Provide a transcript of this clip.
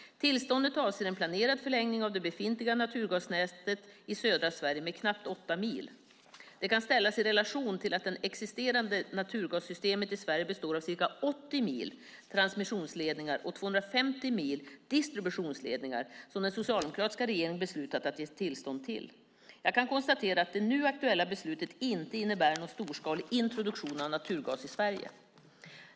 Tillståndet avser en planerad förlängning av det befintliga naturgasnätet i södra Sverige med knappt 8 mil. Det kan ställas i relation till att det existerande naturgassystemet i Sverige består av ca 80 mil transmissionsledningar och 250 mil distributionsledningar, som den socialdemokratiska regeringen beslutat att ge tillstånd till. Jag kan konstatera att det nu aktuella beslutet inte innebär någon storskalig introduktion av naturgas i Sverige.